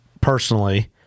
personally